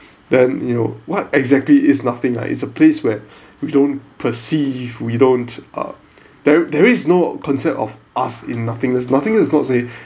then you know what exactly is nothing ah it's a place where we don't perceive we don't err there there is no concept of us in nothingness nothingness is not say